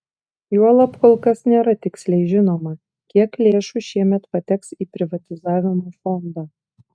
juolab kol kas nėra tiksliai žinoma kiek lėšų šiemet pateks į privatizavimo fondą